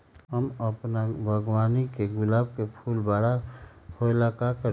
हम अपना बागवानी के गुलाब के फूल बारा होय ला का करी?